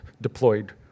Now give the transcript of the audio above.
deployed